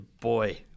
boy